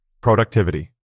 productivity